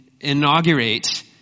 inaugurate